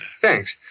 Thanks